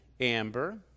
Amber